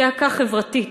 צעקה חברתית.